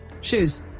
Shoes